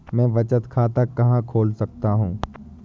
मैं बचत खाता कहाँ खोल सकता हूँ?